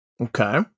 Okay